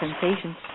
sensations